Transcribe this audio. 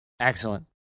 Excellent